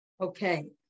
Okay